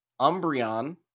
Umbreon